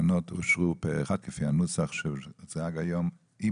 התקנות אושרו פה אחד כפי הנוסח שהוצג היום עם